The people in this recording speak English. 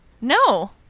no